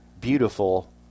beautiful